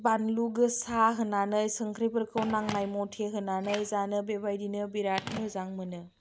बानलु गोसा होनानै संख्रिफोरखौ नांनाय मथे होनानै जानो बेबायदिनो बेराद मोजां मोनो